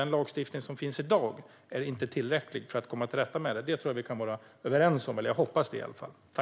Den lagstiftning som finns i dag är inte tillräcklig för att komma till rätta med problemet. Det hoppas jag att vi är överens om.